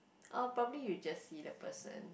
uh probably you just see the person